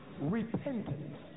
repentance